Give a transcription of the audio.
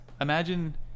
Imagine